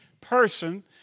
person